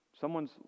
someone's